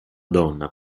donna